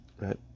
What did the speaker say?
right